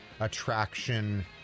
attraction